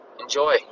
enjoy